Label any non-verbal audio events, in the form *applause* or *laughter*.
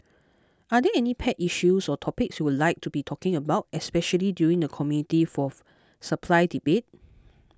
are there any pet issues or topics you would be talking about especially during the Committee for *noise* Supply debate